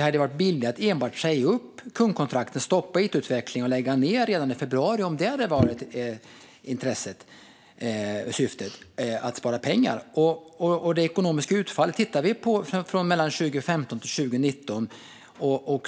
hade varit billigare att enbart säga upp kundkontrakten, stoppa it-utvecklingen och lägga ned verksamheten redan i februari om syftet hade varit att spara pengar. Vi kan titta på det ekonomiska utfallet mellan 2015 och 2019.